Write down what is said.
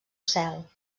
cel